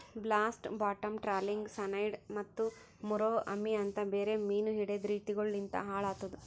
blast, bottom trawling, cyanide ಮತ್ತ ಮುರೋ ಅಮಿ ಅಂತ್ ಬೇರೆ ಮೀನು ಹಿಡೆದ್ ರೀತಿಗೊಳು ಲಿಂತ್ ಹಾಳ್ ಆತುದ್